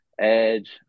Edge